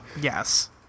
yes